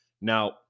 Now